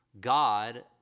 God